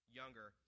younger